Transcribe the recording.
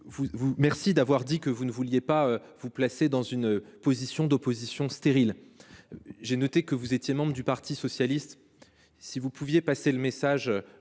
remercie d’avoir dit que vous ne vouliez pas vous placer dans une démarche d’opposition stérile. J’ai noté que vous étiez membre du parti socialiste ; n’hésitez pas à passer le message